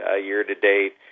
year-to-date